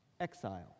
exile